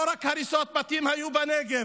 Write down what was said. לא רק הריסות של בתים היו בנגב.